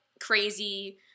crazy